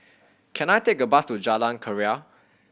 can I take a bus to Jalan Keria